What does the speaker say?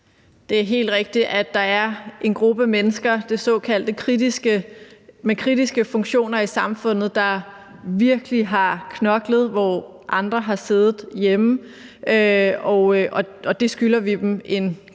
Det er helt rigtigt, at der er en gruppe mennesker med såkaldte kritiske funktioner i samfundet, der virkelig har knoklet, hvor andre har siddet hjemme, og det skylder vi dem en kæmpe